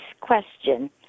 question